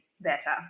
better